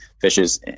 fishes